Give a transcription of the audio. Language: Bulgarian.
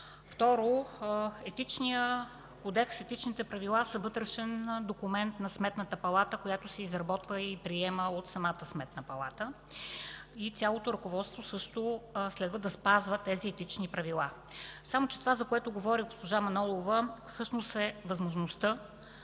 Второ, Етичният кодекс, Етичните правила са вътрешен документ на Сметната палата, който се изработва и приема от самата Сметна палата и цялото ръководство също следва да спазва тези Етични правила, само че това, за което говори госпожа Манолова всъщност е възможността,